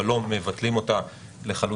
אבל לא מבטלים אותה לחלוטין,